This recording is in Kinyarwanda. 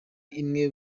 imwe